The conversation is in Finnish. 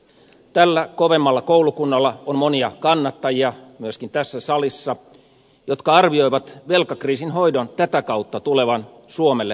tällä kovemmalla koulukunnalla on monia kannattajia myöskin tässä salissa jotka arvioivat velkakriisin hoidon tätä kautta tulevan suomelle halvemmaksi